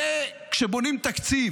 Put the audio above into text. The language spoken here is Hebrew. וכשבונים תקציב